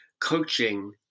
coaching